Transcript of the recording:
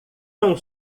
não